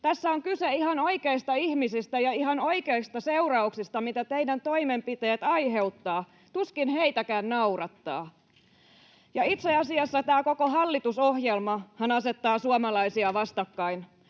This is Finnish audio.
Tässä on kyse ihan oikeista ihmisistä ja ihan oikeista seurauksista, mitä teidän toimenpiteet aiheuttavat. Tuskin heitäkään naurattaa. Itse asiassa tämä koko hallitusohjelmahan asettaa suomalaisia vastakkain.